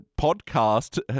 podcast